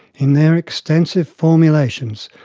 in their extensive formulations,